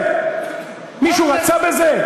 מישהו רצה בזה?